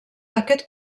aquest